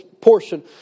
portion